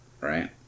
right